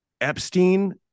Epstein